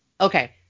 Okay